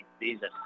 season